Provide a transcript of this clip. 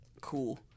cool